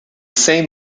same